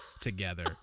together